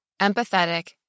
empathetic